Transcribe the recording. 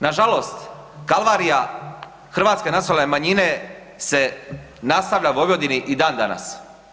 Nažalost, kalvarija hrvatske nacionalne manjine se nastavlja u Vojvodini i dandanas.